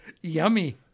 yummy